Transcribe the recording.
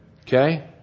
Okay